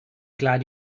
glad